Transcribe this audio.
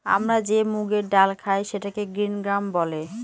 আমরা যে মুগের ডাল খায় সেটাকে গ্রিন গ্রাম বলে